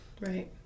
Right